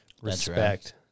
Respect